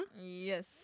Yes